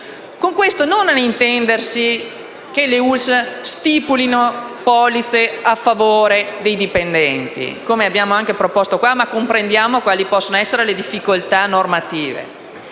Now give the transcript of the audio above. Con questo non si deve intendere che le ASL stipulino polizze a favore dei dipendenti, come abbiamo anche proposto, perché comprendiamo quali possono essere le difficoltà normative.